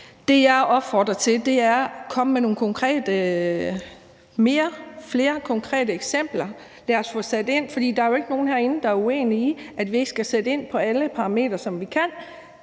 Det, jeg opfordrer til, er: Kom med flere konkrete eksempler, og lad os få sat ind. For der er jo ikke nogen herinde, der er uenige i, at vi skal sætte ind med alle de parametre, som vi kan,